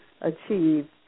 achieve